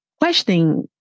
questioning